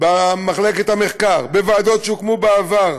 במחלקת המחקר, בוועדות שהוקמו בעבר,